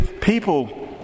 people